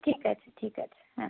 ঠিক আছে ঠিক আছে হ্যাঁ